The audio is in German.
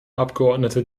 abgeordnete